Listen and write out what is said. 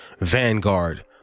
Vanguard